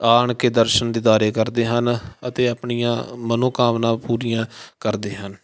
ਆਣ ਕੇ ਦਰਸ਼ਨ ਦੀਦਾਰੇ ਕਰਦੇ ਹਨ ਅਤੇ ਆਪਣੀਆਂ ਮਨੋਕਾਮਨਾ ਪੂਰੀਆਂ ਕਰਦੇ ਹਨ